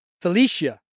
Felicia